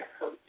hurt